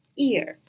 ear